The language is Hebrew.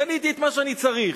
קניתי את מה שאני צריך.